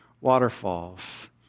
waterfalls